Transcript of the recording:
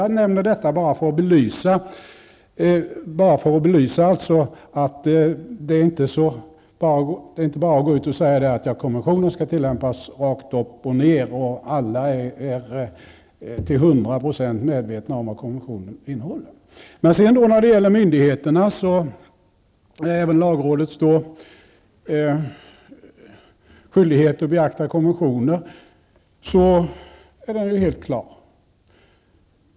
Jag nämner detta för att belysa att det inte bara är att säga att konventionen skall tillämpas rakt upp och ner, och att alla är till hundra procent medvetna om vad konventionen innehåller. Myndigheternas, och även lagrådets, skyldighet att beakta konventioner är ju helt klar.